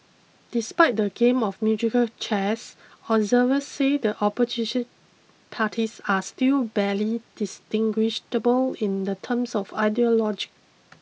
despite the game of musical chairs observers say the opposition parties are still barely distinguishable in the terms of ideology